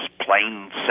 plain